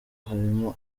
harimo